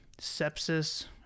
sepsis